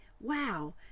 Wow